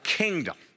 kingdom